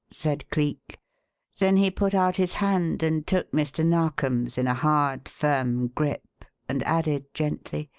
said cleek then he put out his hand and took mr. narkom's in a hard, firm grip, and added, gently